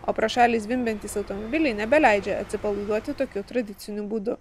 o pro šalį zvimbiantys automobiliai nebeleidžia atsipalaiduoti tokiu tradiciniu būdu